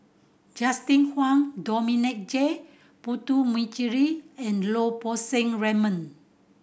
Justin Zhuang Dominic J Puthucheary and Lau Poo Seng Raymond